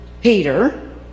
Peter